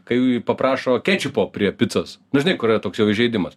kai paprašo kečiupo prie picos nu žinai kur yra toks jau įžeidimas